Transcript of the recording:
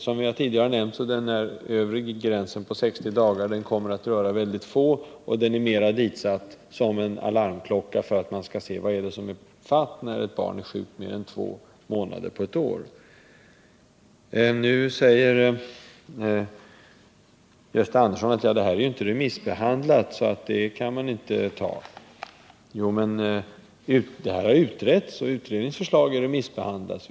Som jag tidigare nämnde kommer regeln om den övre gränsen på 60 dagar att behöva tillämpas bara i väldigt få fall, och den är ditsatt mera för att fungera som en alarmklocka för att man skall ta reda på vad orsaken kan vara när ett barn är sjukt under mer än två månader på ett år. Nu säger Gösta Andersson att förslaget inte är remissbehandlat och att man därför inte kan fatta beslut om det nu. Men frågan har utretts, och utredningens förslag har remissbehandlats också i denna del.